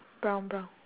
brown brown